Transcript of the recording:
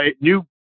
new